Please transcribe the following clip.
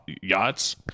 yachts